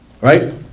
Right